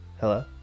Hello